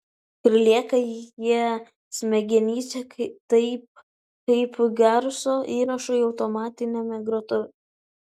ir lieka jie smegenyse taip kaip garso įrašai automatiniame grotuve